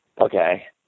Okay